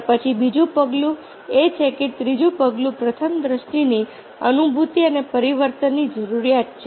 અને પછી બીજું પગલું એ છે કે ત્રીજું પગલું પ્રથમ દ્રષ્ટિની અનુભૂતિ અને પરિવર્તનની જરૂરિયાત છે